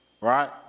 Right